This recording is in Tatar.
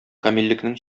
камиллекнең